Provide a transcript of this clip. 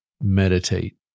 meditate